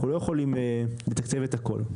אנחנו לא יכולים לתקצב את הכל.